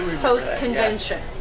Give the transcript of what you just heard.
post-convention